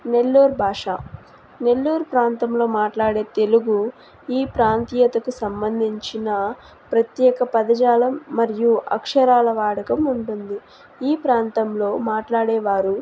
నెల్లూరు భాష నెల్లూరు ప్రాంతంలో మాట్లాడే తెలుగు ఈ ప్రాంతీయతకు సంబంధించిన ప్రత్యేక పదజాలం మరియు అక్షరాల వాడకం ఉంటుంది ఈ ప్రాంతంలో మాట్లాడేవారు